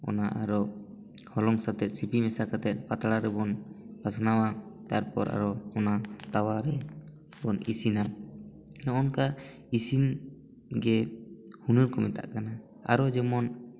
ᱟᱵᱟ ᱟᱨᱚ ᱦᱚᱞᱚᱝ ᱥᱟᱛᱮᱫ ᱥᱤᱯᱤ ᱢᱮᱥᱟ ᱠᱟᱛᱮ ᱯᱟᱛᱲᱟ ᱨᱮᱵᱚᱱ ᱯᱟᱥᱱᱟᱣᱟ ᱛᱟᱨᱯᱚᱨ ᱟᱨᱚ ᱚᱱᱟ ᱛᱟᱣᱟ ᱨᱮᱵᱚᱱ ᱤᱥᱤᱱᱟ ᱱᱚᱜ ᱱᱚᱠᱟ ᱤᱥᱤᱱ ᱜᱮ ᱦᱩᱱᱟᱹᱨ ᱠᱚ ᱢᱮᱛᱟᱜ ᱠᱟᱱᱟ ᱟᱨᱚ ᱡᱮᱢᱚᱱ